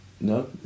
No